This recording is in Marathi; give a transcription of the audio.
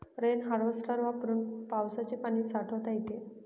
रेन हार्वेस्टर वापरून पावसाचे पाणी साठवता येते